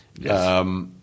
yes